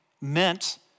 meant